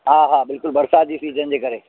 हा हा बिल्कुल बरसाति जी सीज़न जे करे